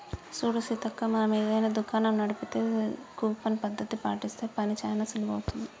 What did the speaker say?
చూడు సీతక్క మనం ఏదైనా దుకాణం నడిపితే కూపన్ పద్ధతి పాటిస్తే పని చానా సులువవుతుంది